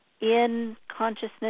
in-consciousness